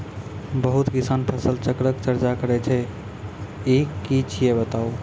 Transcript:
बहुत किसान फसल चक्रक चर्चा करै छै ई की छियै बताऊ?